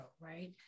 right